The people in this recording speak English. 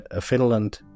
finland